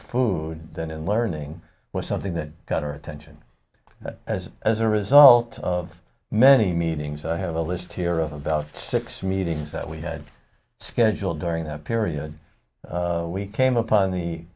food than in learning was something that caught our attention as as a result of many meetings i have a list here of about six meetings that we had scheduled during that period we came upon the